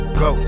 go